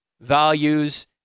values